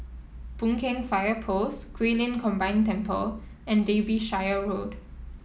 Boon Keng Fire Post Guilin Combined Temple and Derbyshire Road